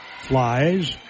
flies